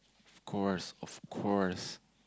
of course of course